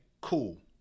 cool